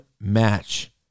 match